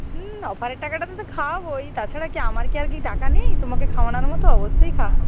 হুম অফারের টাকাটাতে তো খাওয়াবোই তাছাড়া কি আমার কি আর কি টাকা নেই তোমাকে খাওয়ানোর মতো অবশ্যই খাওয়াব